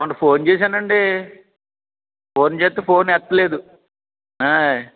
మొన్న ఫోన్ చేసానండీ ఫోన్ చేస్తే ఫోన్ ఎత్తలేదు ఆయ్